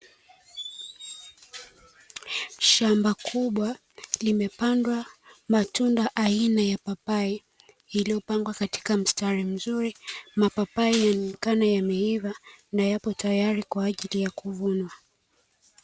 Shamba kubwa limepandwa matunda aina ya mipapai, yaliyopangwa katika mstari mzuri. Mapapai yanaonekana yakiwa yameiva na yapo tayari kwa ajili kuvunwa.